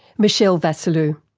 michelle vasiliu.